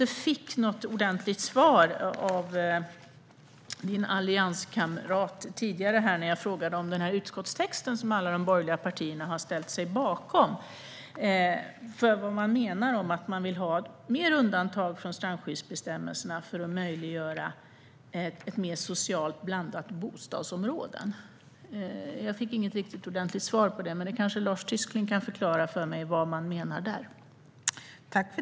Jag fick inget ordentligt svar av Lars Tysklinds allianskamrat när jag frågade om den utskottstext som alla de borgerliga partierna har ställt sig bakom. Jag undrade vad man menar med att man vill ha mer undantag från strandskyddsbestämmelserna för att möjliggöra mer socialt blandade bostadsområden. Jag fick inget ordentligt svar på det, men Lars Tysklind kanske kan förklara för mig vad man menar.